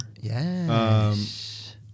Yes